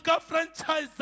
Franchise